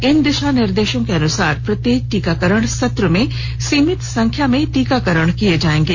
इन दिशानिर्देशों के अनुसार प्रत्येक टीकाकरण सत्र में सीमित संख्या में टीकाकरण किए जाएंगे